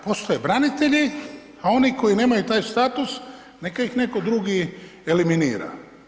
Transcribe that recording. Postoje branitelji, a oni koji nemaju taj status neka ih neko drugi eliminira.